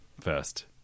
first